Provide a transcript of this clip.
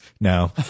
no